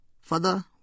Father